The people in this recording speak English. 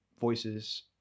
voices